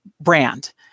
brand